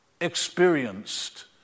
experienced